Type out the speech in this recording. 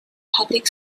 public